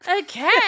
Okay